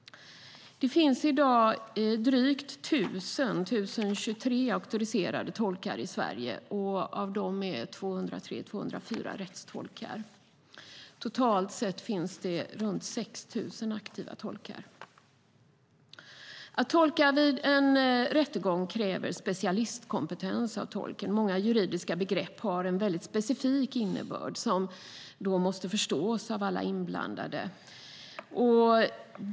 Det finns i dag tusen, 1 023, auktoriserade tolkar i Sverige. Av dem är 203, 204 rättstolkar. Totalt sett finns det runt 6 000 aktiva tolkar. Att tolka vid en rättegång kräver specialistkompetens av tolken. Många juridiska begrepp har en väldigt specifik innebörd som måste förstås av alla inblandade.